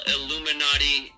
Illuminati